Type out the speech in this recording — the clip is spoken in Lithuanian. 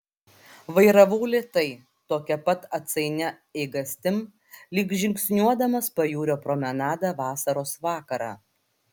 vairavau lėtai tokia pat atsainia eigastim lyg žingsniuodamas pajūrio promenada vasaros vakarą